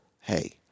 hey